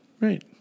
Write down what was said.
Right